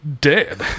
dead